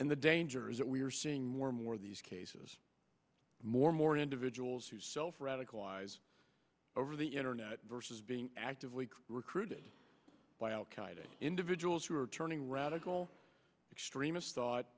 and the danger is that we are seeing more and more of these cases more more individuals who self radicalized over the internet versus being actively recruited by al qaeda individuals who are turning radical extremist thought